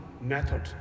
method